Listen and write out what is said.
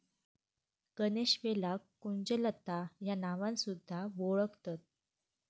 गणेशवेलाक कुंजलता ह्या नावान सुध्दा वोळखतत